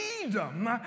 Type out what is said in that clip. freedom